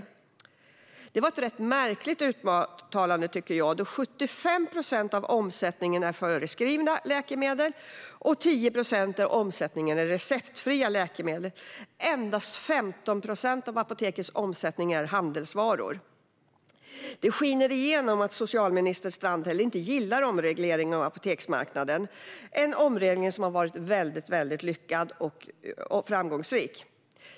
Jag tycker att det var ett rätt märkligt uttalande, då 75 procent av omsättningen utgörs av förskrivna läkemedel och 10 procent av omsättningen utgörs receptfria läkemedel. Endast 15 procent av apotekets omsättning är handelsvaror. Det skiner igenom att socialminister Strandhäll inte gillar omregleringen av apoteksmarknaden - en omreglering som har varit väldigt lyckad och framgångsrik.